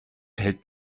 hält